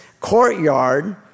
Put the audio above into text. courtyard